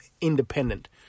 independent